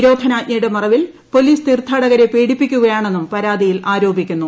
നിരോധനാജ്ഞയുടെ മറവിൽ പോലീസ് തീർത്ഥാടകരെ പീഡിപ്പിക്കുകയാണെന്നും പരാതിയിൽ ആരോപിക്കുന്നു